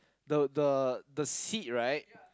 the the the seat right